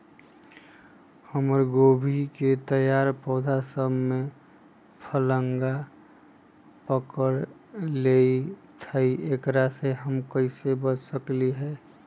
हमर गोभी के तैयार पौधा सब में फतंगा पकड़ लेई थई एकरा से हम कईसे बच सकली है?